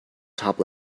top